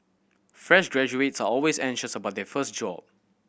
fresh graduates are always anxious about their first job